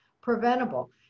preventable